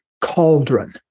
cauldron